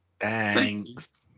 Thanks